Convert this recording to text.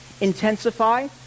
intensify